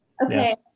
Okay